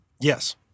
Yes